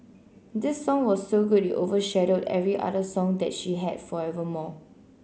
this song was so good it overshadowed every other song that she had forevermore